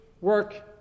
work